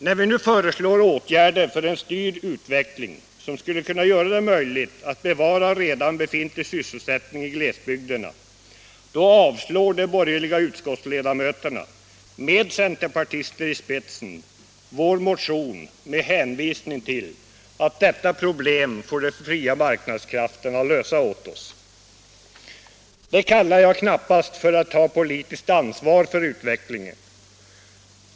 När vi nu föreslår åtgärder för en styrd utveckling, som skulle kunna göra det möjligt att bevara redan befintlig sysselsättning i glesbygderna, avstyrker de borgerliga utskottsledamöterna — med centerpartister i spetsen — vår motion med motiveringen att detta problem får de fria marknadskrafterna lösa åt oss. Detta kallar jag knappast för att ta politiskt ansvar för utvecklingen.